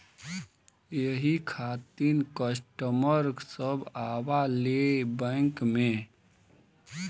यही खातिन कस्टमर सब आवा ले बैंक मे?